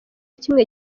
kimwe